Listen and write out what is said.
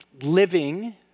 living